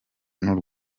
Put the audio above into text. n’u